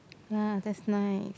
ya that's nice